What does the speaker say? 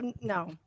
no